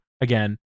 again